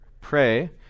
pray